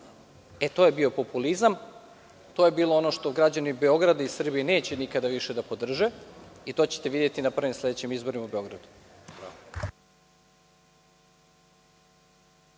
To je bio populizam, to je bilo ono što građani Beograda i Srbije neće nikada više da podrže i to ćete videti na prvim sledećim izborima u Beogradu.